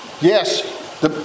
Yes